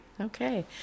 Okay